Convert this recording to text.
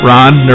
Ron